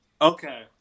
Okay